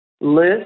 list